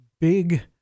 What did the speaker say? big